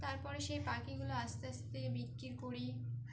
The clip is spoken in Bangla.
তারপরে সেই পাখিগুলো আস্তে আস্তে বিক্রি করি